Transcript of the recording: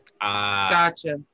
Gotcha